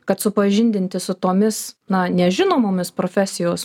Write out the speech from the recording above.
kad supažindinti su tomis na nežinomomis profesijos